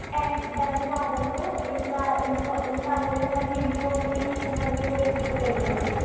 thank ధన్యవాదములు ఇంకా ఇంత ఇంత అమూల్యమైన ఇన్ఫర్మేషన్ ఇచ్చినందుకు కృతఙ్ఞతలు